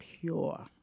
pure